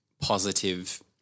positive